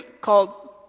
called